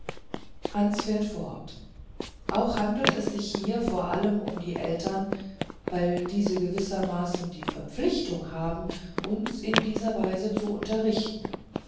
hans fährt fort auch handelt es sich hier vor allem um die eltern weil diese gewissermaßen die verpflichtung haben uns in dieser weise zu unterrichten